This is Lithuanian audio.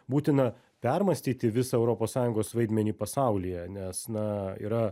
būtina permąstyti visą europos sąjungos vaidmenį pasaulyje nes na yra